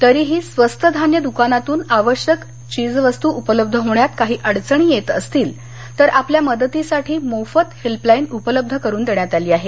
तरीही स्वस्त धान्य दुकानातून आवश्यक चीजवस्तू उपलब्ध होण्यात काही अडचणी येत असतील तर आपल्या मदतीसाठी मोफत हेल्पलाईन उपलब्ध करून देण्यात आली आहे